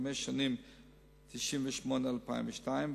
חמש השנים שמ-1998 עד 2002,